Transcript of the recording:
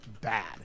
bad